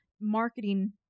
marketing